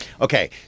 Okay